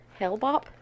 Hellbop